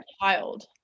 child